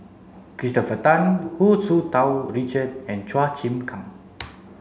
Christopher Tan Hu Tsu Tau Richard and Chua Chim Kang